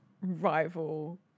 rival